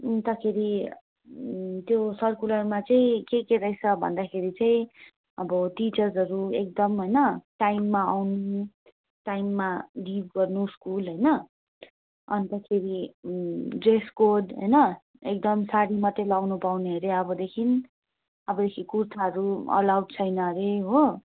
अन्तखेरि त्यो सर्कुलरमा चाहिँ के के रहेछ भन्दाखेरि चाहिँ अब टिचर्सहरू एकदम होइन टाइममा आउनु टाइममा लिभ गर्नु स्कुल होइन अन्तखेरि ड्रेस कोड होइन एकदम साडी मात्रै लगाउनु पाउने हरे अबदेखि अबदेखि कुर्ताहरू अलाउ छैन हरे हो